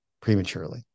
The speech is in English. prematurely